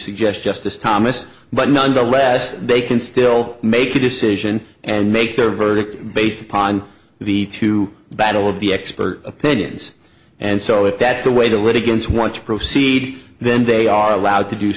suggest justice thomas but nonetheless they can still make a decision and make their verdict based upon the two battle of the expert opinions and so if that's the way the litigants want to proceed then they are allowed to do